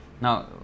Now